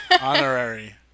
Honorary